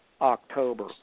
October